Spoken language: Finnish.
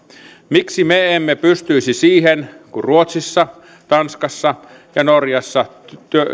miksi me emme pystyisi siihen kun ruotsissa tanskassa ja norjassa